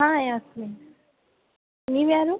ಹಾಂ ಯಾಸ್ಮಿನ್ ನೀವು ಯಾರು